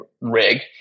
rig